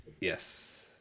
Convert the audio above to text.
yes